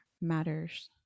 matters